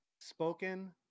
spoken